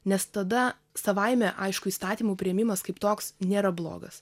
nes tada savaime aišku įstatymų priėmimas kaip toks nėra blogas